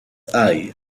eye